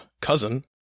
cousin